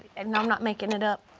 and and i'm not making it up,